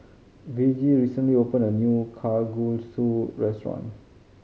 Virgie recently opened a new Kalguksu restaurant